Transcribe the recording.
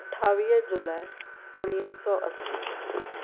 अठावीह जुलाई उणिवीह सौ असी